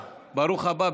מיכאל ביטון, ברוך הבא.